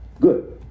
Good